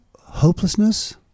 hopelessness